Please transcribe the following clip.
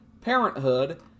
Parenthood